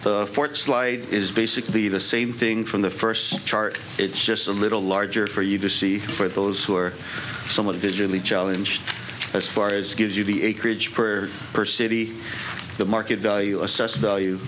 dollars fort slide is basically the same thing from the first chart it's just a little larger for you to see for those who are somewhat visually challenged as far as gives you the acreage per person be the market value assessed value